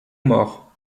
mort